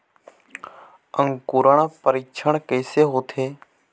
अंकुरण परीक्षण कैसे होथे?